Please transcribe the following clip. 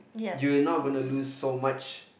you'll not gonna lose so much